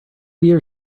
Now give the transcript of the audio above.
year